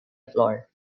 floor